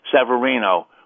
Severino